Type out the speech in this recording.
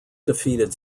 defeated